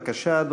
בבקשה,